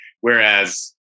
whereas